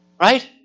Right